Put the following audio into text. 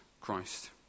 christ